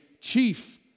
chief